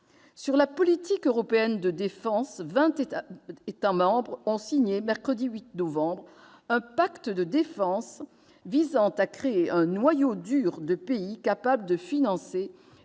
Sur la politique européenne de défense, 20 États membres ont signé, mercredi 8 novembre, un pacte de défense visant à créer un noyau dur de pays capables de financer